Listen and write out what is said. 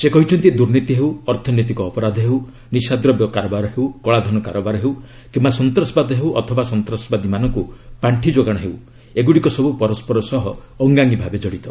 ସେ କହିଚ୍ଚନ୍ତି ଦୁର୍ନୀତି ହେଉ ଅର୍ଥନୈତିକ ଅପରାଧ ହେଉ ନିଶାଦ୍ରବ୍ୟ କାରବାର ହେଉ କଳାଧନ କାରବାର ହେଉ କିମ୍ବା ସନ୍ତ୍ରାସବାଦ ହେଉ ଅଥବା ସନ୍ତ୍ରାସବାଦୀମାନଙ୍କୁ ପାର୍ଶି ଯୋଗାଣ ହେଉ ଏଗୁଡ଼ିକ ସବୁ ପରସ୍କର ସହ ଅଙ୍ଗାଙ୍ଗୀ ଭାବେ ଜଡ଼ିତ